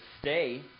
stay